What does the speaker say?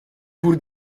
pur